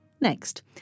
Next